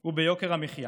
היא יוקר המחיה